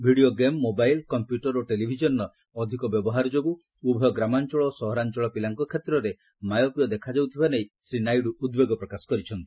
video game ବୋମାଇଲ୍ computer ଓ ଟେଲିଭିଜନ୍ର ଅଧିକ ବ୍ୟବହାର ଯୋଗୁଁ ଉଭୟ ଗ୍ରାମାଞ୍ଚଳ ଓ ସହରାଞ୍ଚଳ ପିଲାଙ୍କ କ୍ଷେତ୍ରରେ ମାୟୋପିଆ ଦେଖାଯାଉଥିବା ନେଇ ଶ୍ରୀ ନାଇଡୁ ଉଦ୍ବେଗ ପ୍ରକାଶ କରିଚ୍ଛନ୍ତି